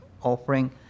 offering